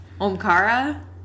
Omkara